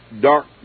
dark